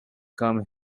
come